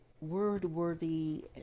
word-worthy